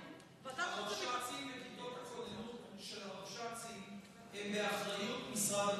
הרבש"צים וכיתות הכוננות של הרבש"צים הם באחריות משרד הביטחון.